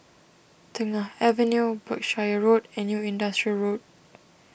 Tengah Avenue Berkshire Road and New Industrial Road